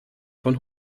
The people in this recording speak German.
von